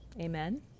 amen